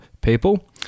people